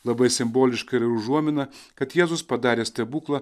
labai simboliška yra užuomina kad jėzus padarė stebuklą